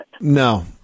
No